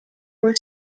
were